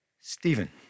Stephen